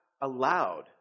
allowed